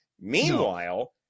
Meanwhile